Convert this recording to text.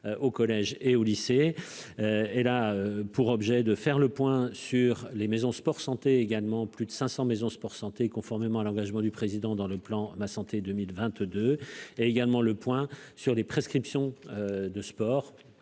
au collège et au lycée, elle a pour objet de faire le point sur les maisons sport santé également plus de 500 maisons sport santé, conformément à l'engagement du président dans le plan ma santé 2000 22 et également le point sur les prescriptions de sport